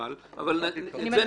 אבל ניכנס כשנקרא.